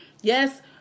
yes